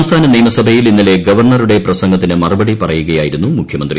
സംസ്ഥാന നിയമസഭയിൽ ഇന്നലെ ഗവർണറുടെ പ്രസംഗത്തിന് മറുപടി പറയുകയായിരുന്നു മുഖ്യമന്ത്രി